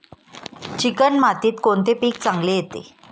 Chicken मातीत कोणते पीक चांगले येते?